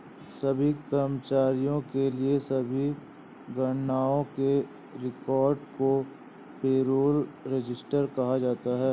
सभी कर्मचारियों के लिए सभी गणनाओं के रिकॉर्ड को पेरोल रजिस्टर कहा जाता है